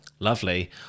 Lovely